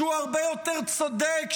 שהוא הרבה יותר צודק,